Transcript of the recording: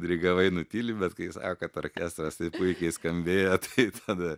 dirigavai nutyli bet kai sako kad orkestras puikiai skambėjo tai tada